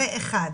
זה אחד.